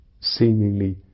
seemingly